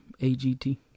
AGT